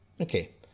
okay